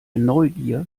neugier